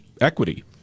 equity